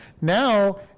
Now